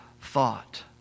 thought